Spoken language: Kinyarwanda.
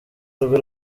rwe